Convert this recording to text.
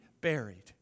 buried